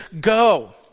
go